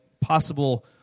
possible